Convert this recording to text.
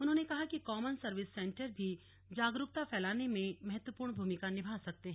उन्होंने कहा कि कॉमन सर्विस सेंटर भी जागरूकता फैलाने में महत्वपूर्ण भूमिका निभा सकते हैं